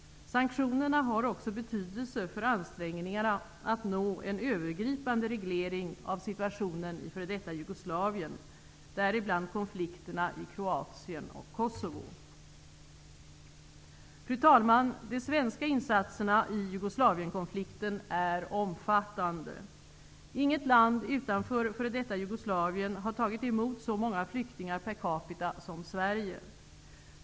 Sanktionerna har också betydelse för ansträngningarna att nå en övergripande reglering av situationen i f.d. Jugoslavien; däribland konflikterna i Kroatien och Kosovo. Fru talman! De svenska insatserna i Jugoslavienkonflikten är omfattande. Inget land utanför f.d. Jugoslavien har tagit emot så många flyktingar per capita som Sverige.